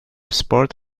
sport